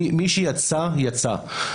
מי שיצא יצא.